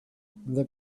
the